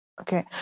Okay